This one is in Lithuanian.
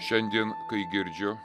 šiandien kai girdžiu